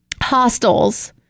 hostels